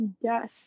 Yes